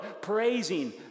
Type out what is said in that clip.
praising